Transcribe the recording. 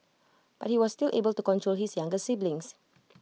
but he was still able to control his younger siblings